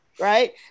right